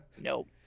Nope